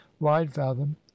widefathom